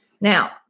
Now